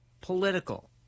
political